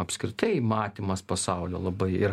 apskritai matymas pasaulio labai ir